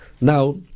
Now